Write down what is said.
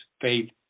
faith